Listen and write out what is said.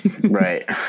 Right